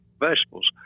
vegetables